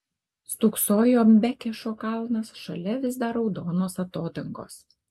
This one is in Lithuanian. stūksojo bekešo kalnas šalia vis dar raudonos atodangos